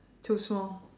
too small